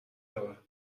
رود